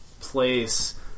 place